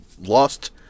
lost